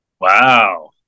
Wow